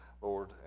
Lord